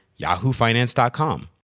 yahoofinance.com